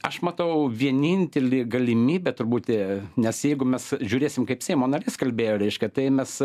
aš matau vienintelį galimybę tur būti nes jeigu mes žiūrėsim kaip seimo narys kalbėjo reiškia tai mes